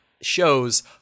shows